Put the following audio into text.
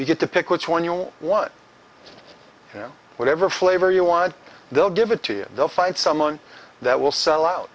you get to pick which one you'll want you know whatever flavor you want they'll give it to you they'll find someone that will sell out